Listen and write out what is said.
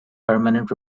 permanent